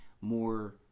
more